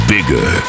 Bigger